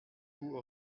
vous